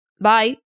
Bye